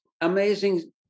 amazing